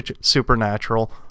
supernatural